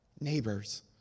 neighbors